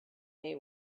day